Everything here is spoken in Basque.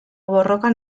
borrokan